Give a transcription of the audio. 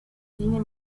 cine